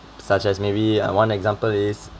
such as maybe one example is